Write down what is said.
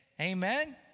Amen